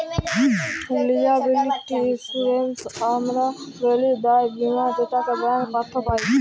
liability insurance হামরা ব্যলি দায় বীমা যেটাকে ব্যাঙ্ক থক্যে পাই